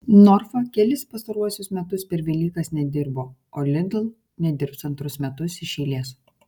norfa kelis pastaruosius metus per velykas nedirbo o lidl nedirbs antrus metus iš eilės